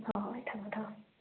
ꯍꯣꯏ ꯍꯣꯏ ꯊꯝꯃꯣ ꯊꯝꯃꯣ